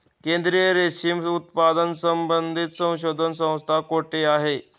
केंद्रीय रेशीम उत्पादन संबंधित संशोधन संस्था कोठे आहे?